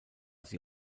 sie